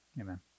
Amen